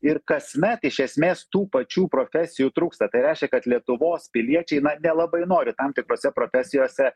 ir kasmet iš esmės tų pačių profesijų trūksta tai reiškia kad lietuvos piliečiai na nelabai nori tam tikrose profesijose